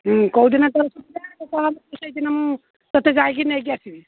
କୋଉଦିନ ସେଇଦିନ ମୁଁ ତତେ ଯାଇକି ନେଇକି ଆସିବି